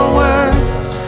words